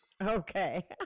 Okay